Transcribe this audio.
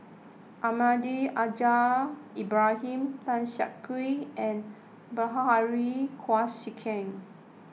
Almahdi Al Haj Ibrahim Tan Siak Kew and Bilahari Kausikan